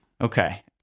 okay